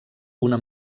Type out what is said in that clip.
una